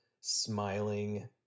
smiling